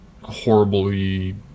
horribly